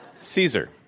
Caesar